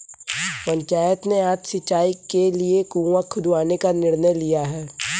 पंचायत ने आज सिंचाई के लिए कुआं खुदवाने का निर्णय लिया है